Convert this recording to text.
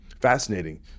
fascinating